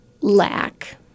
lack